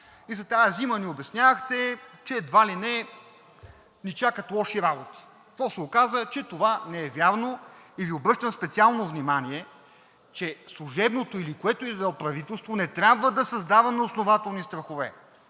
И за тази зима ни обяснявахте, че едва ли не ни чакат лоши работи, а то се оказа, че това не е вярно. Обръщам Ви специално внимание, че служебното или което и да е правителство не трябва да създава неоснователно страхове.